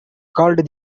called